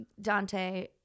Dante